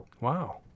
Wow